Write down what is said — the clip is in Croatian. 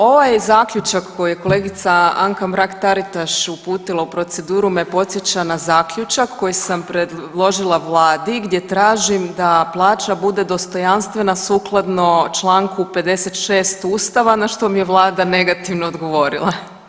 Ovaj je Zaključak koji je kolegica Anka Mrak-Taritaš uputila u proceduru me podsjeća na zaključak koji sam predložila Vladi gdje tražim da plaća bude dostojanstvena sukladno čl. 56 Ustava, na što mi je Vlada negativno odgovorila.